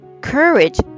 Courage